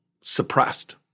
suppressed